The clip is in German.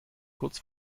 kurz